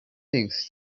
things